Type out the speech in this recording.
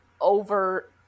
over